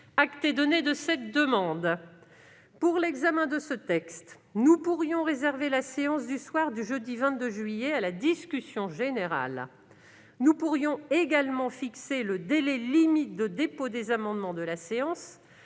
est donné de cette demande. Pour l'examen de ce texte, nous pourrions réserver la séance du soir du jeudi 22 juillet à la discussion générale. Nous pourrions également fixer le délai limite de dépôt des amendements de séance